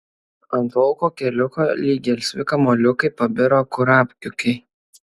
ant lauko keliuko lyg gelsvi kamuoliukai pabiro kurapkiukai